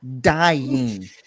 Dying